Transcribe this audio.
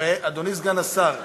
הרי, אדוני סגן השר,